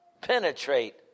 penetrate